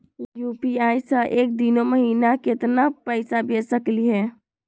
UPI स एक दिनो महिना केतना पैसा भेज सकली हे?